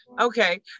Okay